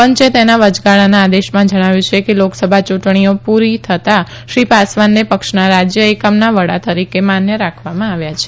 પંચે તેના વચગાળાના આદેશમાં જણાવ્યું છે કે લોકસભા યુંટણીઓ પુરતા શ્રી પાસવાનને પક્ષના રાજય એકમના વડા તરીકે માન્ય રાખવામાં આવ્યા છે